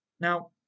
Now